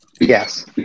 Yes